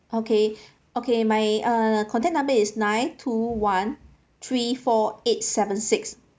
okay okay my uh contact number is nine two one three four eight seven six